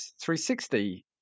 360